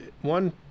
one